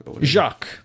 Jacques